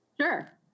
Sure